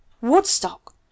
Woodstock